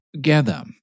gather